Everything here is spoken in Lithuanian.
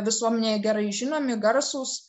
visuomenėje gerai žinomi garsūs